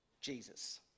Jesus